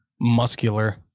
Muscular